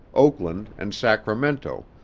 oakland, and sacramento,